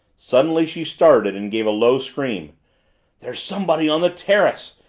suddenly she started and gave a low scream there's somebody on the terrace!